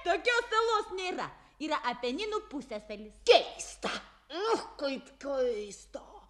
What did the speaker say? tokios salos nėra yra apeninų pusiasalis keista ech kaip keista